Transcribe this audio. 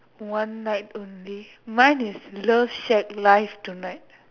one night only mine is love shared life tonight